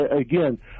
Again